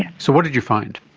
so what did you find?